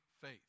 faith